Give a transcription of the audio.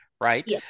right